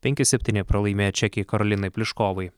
penki septyni pralaimėjo čekei karolinai pliškovai